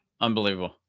Unbelievable